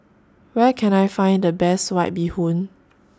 Where Can I Find The Best White Bee Hoon